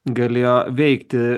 galėjo veikti